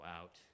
out